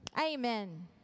Amen